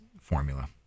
formula